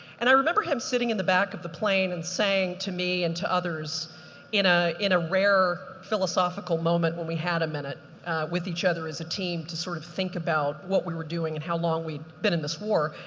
and i remember him sitting in the back of the plane and saying to me and to others in a in a rare philosophical moment when we had a minute with each other, as a team to sort of think about what we were doing and how long we've been in this war.